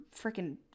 freaking